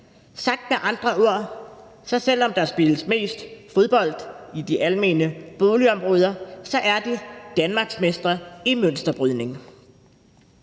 Sagt med andre ord: Selv om der spilles mest fodbold i de almene boligområder, er de danmarksmestre i mønsterbrydning.